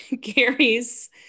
Gary's